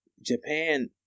japan